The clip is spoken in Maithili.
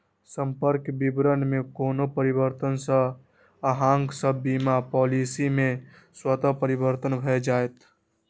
संपर्क विवरण मे कोनो परिवर्तन सं अहांक सभ बीमा पॉलिसी मे स्वतः परिवर्तन भए जाएत